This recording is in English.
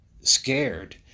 scared